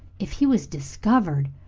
if he was discovered,